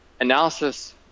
Analysis